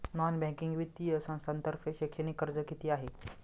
Non banking वित्तीय संस्थांतर्फे शैक्षणिक कर्ज किती आहे?